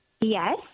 Yes